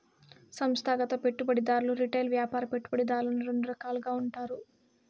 సంస్థాగత పెట్టుబడిదారులు రిటైల్ వ్యాపార పెట్టుబడిదారులని రెండు రకాలుగా ఉంటారు